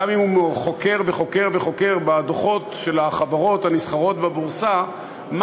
גם אם הוא חוקר וחוקר וחוקר בדוחות של החברות הנסחרות בבורסה,